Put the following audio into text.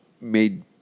made